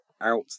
out